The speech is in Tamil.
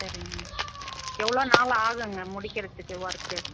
சரிங்க எவ்வளோ நாள் ஆகுங்க முடிகிறதுக்கு ஒர்க்கு